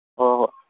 ꯑꯣ